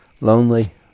lonely